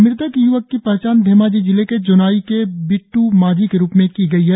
मृतक य्वक की पहचान धेमाजी जिले के जोनाई के बिट्ट माझी के रुप में की गई है